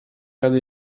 rady